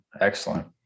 Excellent